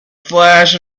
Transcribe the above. flash